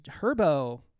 Herbo